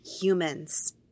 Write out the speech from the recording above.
humans